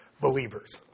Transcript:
believers